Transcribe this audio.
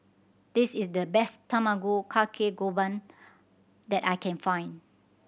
this is the best Tamago Kake Gohan that I can find